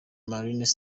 marines